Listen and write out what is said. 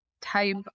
type